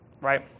right